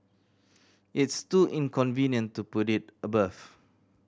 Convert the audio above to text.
it's too inconvenient to put it above